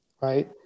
right